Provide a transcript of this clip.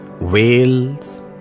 whales